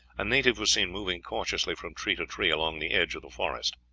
a native was seen moving cautiously from tree to tree along the edge of the forest.